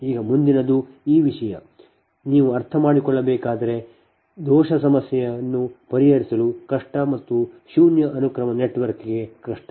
ಈಗ ಮುಂದಿನದು ಈ ವಿಷಯ ನೀವು ಅರ್ಥಮಾಡಿಕೊಳ್ಳಬೇಕಾದರೆ ದೋಷ ಸಮಸ್ಯೆಯನ್ನು ಪರಿಹರಿಸಲು ಕಷ್ಟ ಮತ್ತು ಶೂನ್ಯ ಅನುಕ್ರಮ ನೆಟ್ವರ್ಕ್ಗೆ ಕಷ್ಟ